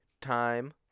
time